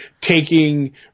taking